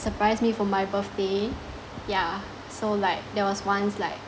surprise me for my birthday yeah so like there was once like